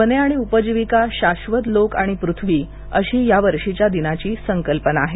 वने आणि उपजीविकाः शाश्वत लोक आणि पृथ्वी अशी या वर्षीच्या दिनाची संकल्पना आहे